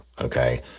okay